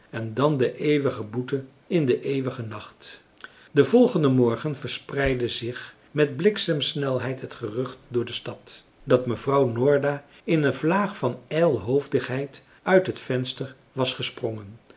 en dan de eeuwige boete in den eeuwigen nacht den volgenden morgen verspreidde zich met bliksemsnelheid het gerucht door de stad dat mevrouw noorda in een vlaag van ijlhoofdigheid uit het venster was gesprongen